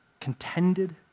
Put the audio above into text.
contended